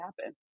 happen